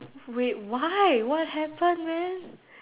wait why what happen man